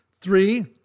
three